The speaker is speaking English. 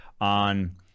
on